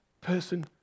person